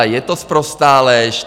Je to sprostá lež.